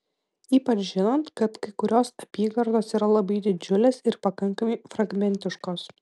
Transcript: ypač žinant kad kai kurios apygardos yra labai didžiulės ir pakankamai fragmentiškos